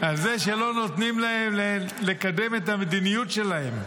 נותנים להם לקדם את המדיניות שלהם.